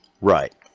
Right